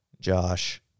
Josh